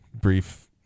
brief